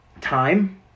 time